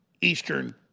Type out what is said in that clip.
Eastern